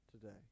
today